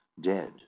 Dead